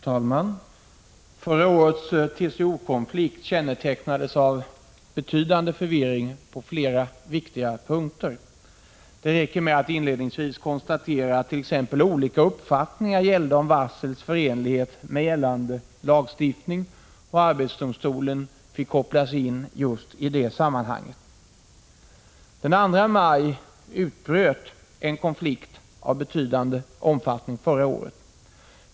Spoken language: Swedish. Herr talman! Förra årets TCO-konflikt kännetecknades av betydande förvirring på flera viktiga punkter. Det räcker med att inledningsvis konstatera att t.ex. olika uppfattningar gällde om varslens förenlighet med gällande lagstiftning. Arbetsdomstolen fick kopplas in i just det sammanhanget. Den 2 maj förra året utbröt en konflikt av betydande omfattning.